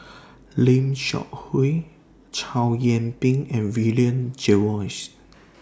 Lim Seok Hui Chow Yian Ping and William Jervois